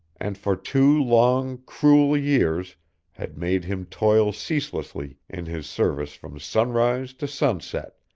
and for two long, cruel years had made him toil ceaselessly in his service from sunrise to sunset,